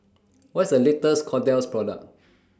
What IS The latest Kordel's Product